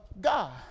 God